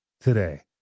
today